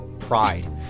pride